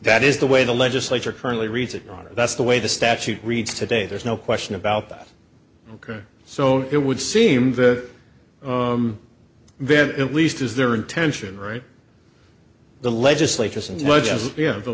that is the way the legislature currently reads it that's the way the statute reads today there's no question about that ok so it would seem that then at least is their intention right the legislature